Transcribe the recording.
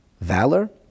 valor